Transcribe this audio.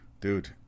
Dude